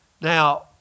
Now